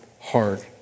hard